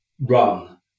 run